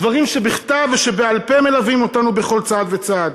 דברים שבכתב ושבעל-פה מלווים אותנו בכל צעד וצעד.